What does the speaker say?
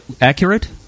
accurate